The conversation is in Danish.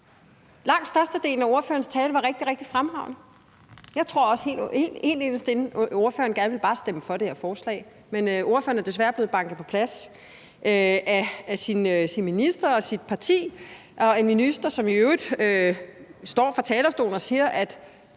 Langt størstedelen af ordførerens tale var rigtig, rigtig fremragende. Jeg tror også, at ordføreren helt inderst inde bare gerne ville stemme for det her forslag, men ordføreren er desværre blevet banket på plads af sin minister og sit parti – en minister, som i øvrigt står og siger fra